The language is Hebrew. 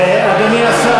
אדוני השר,